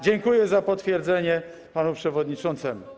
Dziękuję za potwierdzenie panu przewodniczącemu.